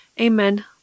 Amen